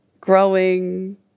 growing